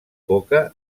coca